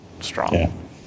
strong